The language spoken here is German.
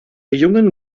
jungen